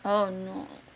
oh no